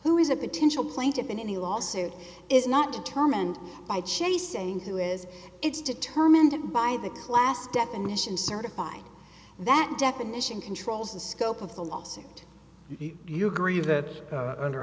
who is a potential plaintiffs in any lawsuit is not determined by chasing who is it's determined by the class definition certified that definition controls the scope of the law suit you agree that under